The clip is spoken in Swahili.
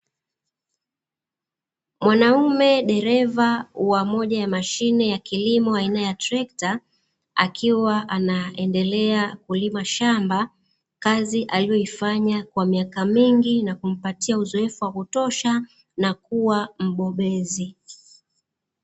Mwanaume dereva wa moja ya mashine ya kilimo aina trekta akiwa anaendelea kulima shamba, kazi aliyoifanya kwa miaka mingi na kumpatia uzoefu na kuwa mbobezi.